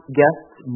guests